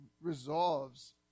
resolves